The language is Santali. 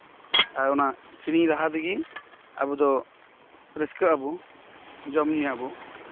ᱟᱨ ᱚᱱᱟ ᱥᱮᱨᱮᱧ ᱨᱟᱦᱟ ᱨᱮᱜᱮ ᱟᱵᱚᱫᱚ ᱨᱟᱹᱥᱠᱟᱹ ᱟᱵᱚᱱ ᱡᱚᱢ ᱧᱩᱭᱟᱵᱚᱱ